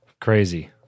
Crazy